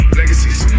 Legacies